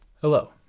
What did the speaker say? Hello